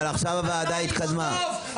אבל עכשיו הוועדה התקדמה.